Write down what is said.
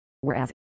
Whereas